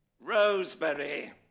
Roseberry